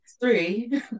three